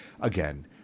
again